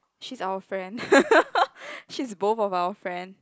she's our friend she's both of our friend